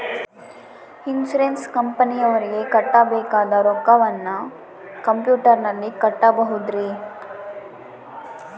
Insurance ಕಂಪನಿಯವರಿಗೆ ಕಟ್ಟಬೇಕಾದ ರೊಕ್ಕವನ್ನು ಕಂಪ್ಯೂಟರನಲ್ಲಿ ಕಟ್ಟಬಹುದ್ರಿ?